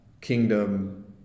kingdom